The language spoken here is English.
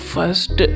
First